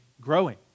growing